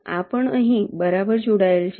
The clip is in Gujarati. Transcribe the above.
આ પણ અહીં બરાબર જોડાયેલ છે